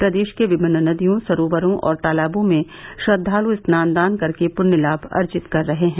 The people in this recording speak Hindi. प्रदेश के विभिन्न नदियों सर्रोवरो और तालाबों में श्रद्वालु स्नान दान कर के पुण्य लाभ अर्जित कर रहे हैं